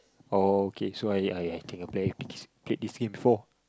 oh okay so I I I think I played this game before